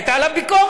הייתה עליו ביקורת.